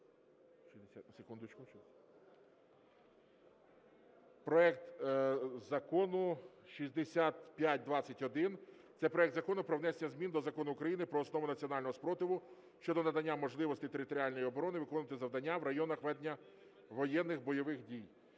проект Закону 6521 – це проект Закону про внесення змін до Закону України "Про основи національного спротиву" щодо надання можливості територіальній обороні виконувати завдання в районах ведення воєнних (бойових) дій